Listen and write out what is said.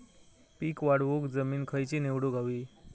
पीक वाढवूक जमीन खैची निवडुक हवी?